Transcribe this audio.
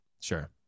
Sure